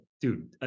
Dude